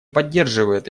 поддерживает